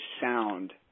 sound